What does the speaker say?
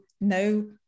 no